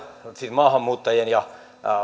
maahanmuuttajien ja